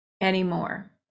anymore